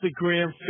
Instagram